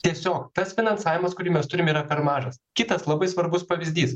tiesiog tas finansavimas kurį mes turim yra ar mažas kitas labai svarbus pavyzdys